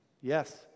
Yes